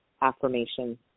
affirmation